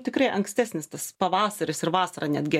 tikrai ankstesnis tas pavasaris ir vasara netgi